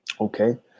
Okay